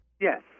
Yes